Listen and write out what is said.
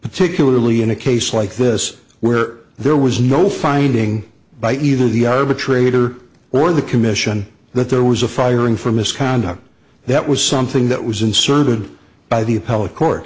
particularly in a case like this where there was no finding by either the arbitrator or the commission that there was a firing for misconduct that was something that was inserted by the